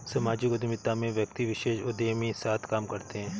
सामाजिक उद्यमिता में व्यक्ति विशेष उदयमी साथ काम करते हैं